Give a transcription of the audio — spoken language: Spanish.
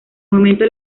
momento